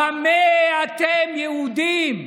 במה אתם יהודים?